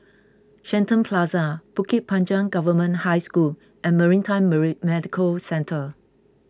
Shenton Plaza Bukit Panjang Government High School and Maritime Marine Medical Centre